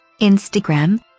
Instagram